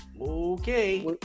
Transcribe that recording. Okay